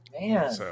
Man